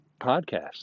podcast